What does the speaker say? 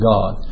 God